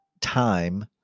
time